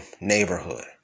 neighborhood